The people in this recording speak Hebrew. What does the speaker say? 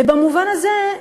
ובמובן הזה,